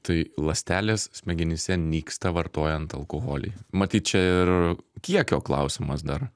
tai ląstelės smegenyse nyksta vartojant alkoholį matyt čia ir kiekio klausimas dar